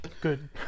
good